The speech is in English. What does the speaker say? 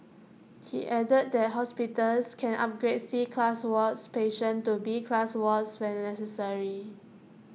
he added that hospitals can upgrade C class wards patients to B class wards when necessary